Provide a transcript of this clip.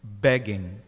begging